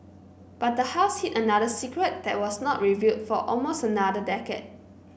but the house hid another secret that was not revealed for almost another decade